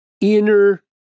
inner